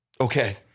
Okay